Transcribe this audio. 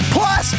Plus